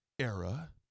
era